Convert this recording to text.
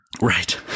right